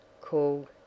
called